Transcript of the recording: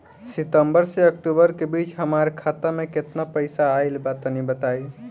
सितंबर से अक्टूबर के बीच हमार खाता मे केतना पईसा आइल बा तनि बताईं?